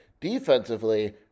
defensively